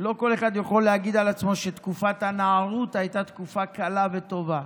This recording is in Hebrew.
לא כל אחד יכול להגיד על עצמו שתקופת הנערות הייתה תקופה קלה וטובה.